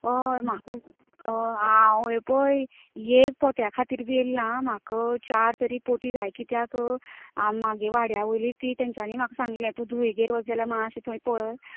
हय म्हाका हय हांव हें पळय एक पोत्या खातीर बी एयल ना आं म्हाका चार तरी पोती जाय कित्याक हांव म्हागे वाड्या वयली ती तेंच्यानी सांगिल्लें तूं धुयेगेर वता जाल्यार मात्शें थंय पळय